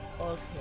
Okay